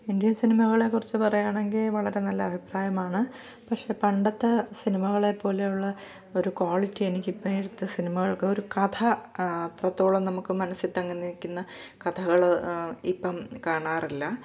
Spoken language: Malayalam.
ഇന്ത്യൻ സിനിമകളെക്കുറിച്ച് പറയാണെങ്കില് വളരെ നല്ല അഭിപ്രായമാണ് പക്ഷേ പണ്ടത്തെ സിനിമകളെ പോലെയുള്ള ഒരു ക്വാളിറ്റി എനിക്ക് ഇപ്പോഴത്തെ സിനിമകൾക്ക് ഒരു കഥ അത്രത്തോളം നമുക്ക് മനസ്സില് തങ്ങിനിക്കുന്ന കഥകള് ഇപ്പോള് കാണാറില്ല